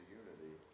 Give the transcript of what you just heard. unity